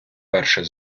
перший